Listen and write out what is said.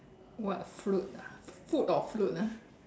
what fruit ah food or fruit ah